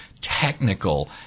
technical